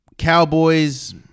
Cowboys